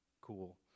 cool